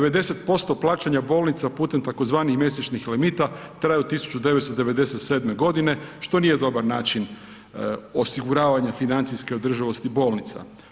90% plaćanja bolnica putem tzv. mjesečnih limita traju od 1997. godine što nije dobar način osiguravanja financijske održivosti bolnica.